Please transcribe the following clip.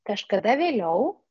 kažkada vėliau